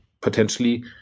potentially